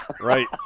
Right